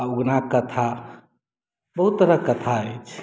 उगनाके कथा बहुत तरहक कथा अछि